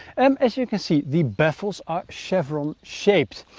um as you can see, the baffles are chevron shaped.